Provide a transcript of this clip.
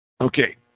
Okay